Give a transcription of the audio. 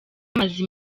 amaze